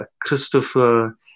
christopher